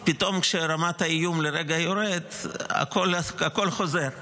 פתאום, כשרמת האיום לרגע יורדת, הכול חוזר.